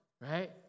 right